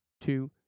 two